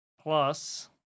Plus